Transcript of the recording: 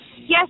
yes